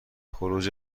خروج